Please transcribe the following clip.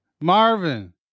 Marvin